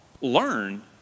learn